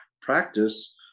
practice